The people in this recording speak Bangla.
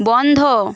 বন্ধ